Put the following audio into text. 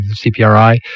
CPRI